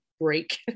break